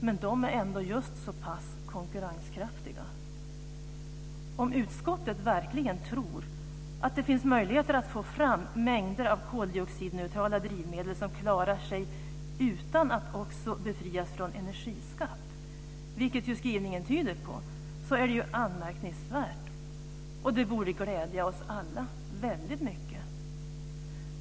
Men de är ändå konkurrenskraftiga. Om utskottet verkligen tror att det finns möjligheter att få fram mängder av koldioxidneutrala drivmedel som klarar sig utan att också befrias från energiskatt, vilket ju skrivningen tyder på, är det anmärkningsvärt och borde glädja oss alla väldigt mycket.